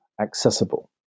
accessible